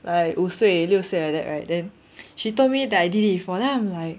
like 五岁六岁 like that right then she told me that I did it before then I'm like